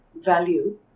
value